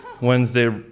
Wednesday